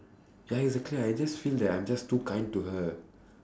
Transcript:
ya exactly I just feel that I'm just too kind to her